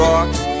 Rocks